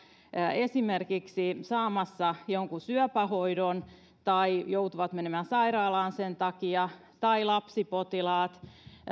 esimerkiksi saamassa jonkun syöpähoidon tai joutuvat menemään sairaalaan sen takia tai lapsipotilaat